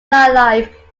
nightlife